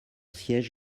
siège